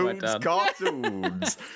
Cartoons